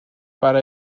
para